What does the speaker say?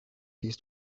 his